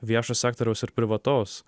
viešo sektoriaus ir privataus